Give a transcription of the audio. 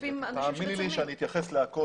תאמיני לי שאני אתייחס לכל.